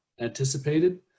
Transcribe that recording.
anticipated